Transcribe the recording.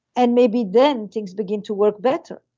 and maybe then things begin to work better.